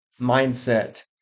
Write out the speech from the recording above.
mindset